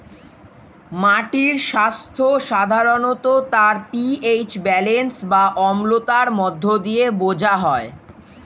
মাটির স্বাস্থ্য সাধারণত তার পি.এইচ ব্যালেন্স বা অম্লতার মধ্য দিয়ে বোঝা যায়